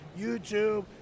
YouTube